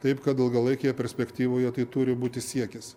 taip kad ilgalaikėje perspektyvoje tai turi būti siekis